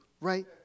right